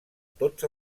tots